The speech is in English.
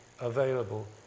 available